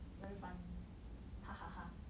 very funny hahaha